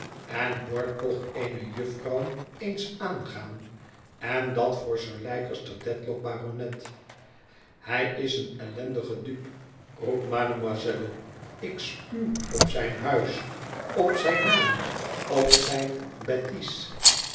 en hoor toch eene jufvrouw eens aangaan en dat voor sir leicester dedlock baronet hij is een ellendige dupe roept mademoiselle ik spuw op zijn huis op zijn naam op zijne bêtise